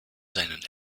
seinen